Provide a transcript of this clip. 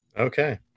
Okay